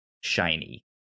shiny